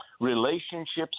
relationships